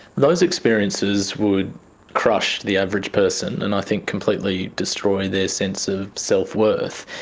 those experiences would crush the average person and i think completely destroy their sense of self-worth,